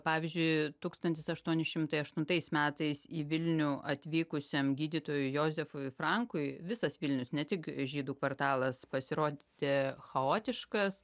pavyzdžiui tūkstantis aštuoni šimtai aštuntais metais į vilnių atvykusiam gydytojui jozefui frankui visas vilnius ne tik žydų kvartalas pasirodė chaotiškas